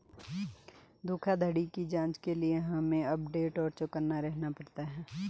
धोखाधड़ी की जांच के लिए हमे अपडेट और चौकन्ना रहना पड़ता है